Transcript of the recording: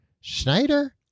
Schneider